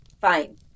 Fine